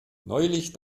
neulich